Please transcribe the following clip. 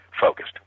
focused